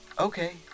Okay